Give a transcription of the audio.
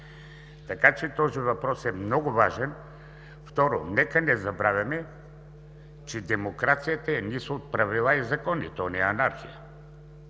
така че този въпрос е много важен. Второ, нека не забравяме, че демокрацията е низ от правила и закони – то няма